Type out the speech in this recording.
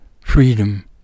freedom